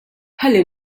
ħalli